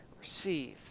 receive